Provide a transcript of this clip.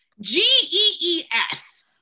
G-E-E-F